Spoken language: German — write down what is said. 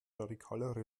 radikalere